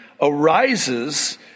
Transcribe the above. arises